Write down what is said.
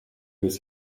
his